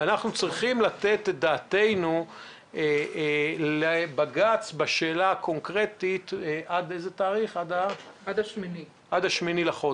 ואנחנו צריכים לתת את דעתנו לבג"ץ בשאלה הקונקרטית עד ה-8 בדצמבר.